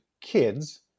kids